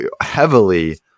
heavily